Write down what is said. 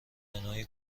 منوی